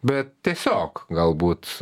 bet tiesiog galbūt